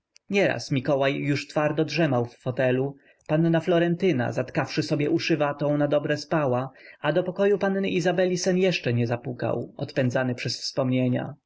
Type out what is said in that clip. nieraz mikołaj już twardo drzemał w fotelu panna florentyna zatkawszy sobie uszy watą nadobre spała a do pokoju panny izabeli sen jeszcze nie zapukał odpędzany przez wspomnienia